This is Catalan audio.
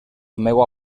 meua